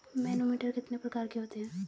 Manometer कितने प्रकार के होते हैं?